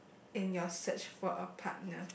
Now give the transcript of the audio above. in your search for a partner